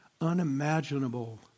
unimaginable